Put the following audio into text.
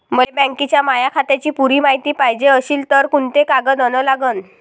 मले बँकेच्या माया खात्याची पुरी मायती पायजे अशील तर कुंते कागद अन लागन?